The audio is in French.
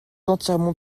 entièrement